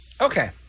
Okay